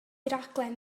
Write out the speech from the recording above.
raglen